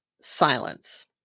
silence